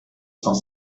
cent